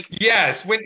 Yes